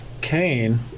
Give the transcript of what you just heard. Cain